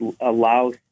allow